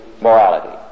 morality